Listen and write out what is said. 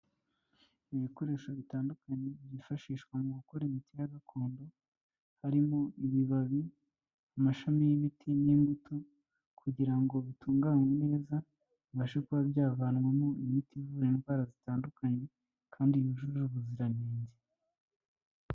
Ibikoresho bitandukanye byifashishwa mu gukora imiti ya gakondo, harimo ibibabi, amashami y'imiti n'imbuto, kugira ngo bitunganwe neza, bibashe kuba byavanwamo imiti ivura indwara zitandukanye, kandi yujuje ubuziranenge.